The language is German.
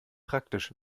praktisch